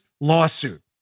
lawsuit